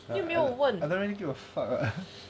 你没有问的